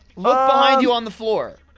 look behind you on the floor